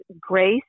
grace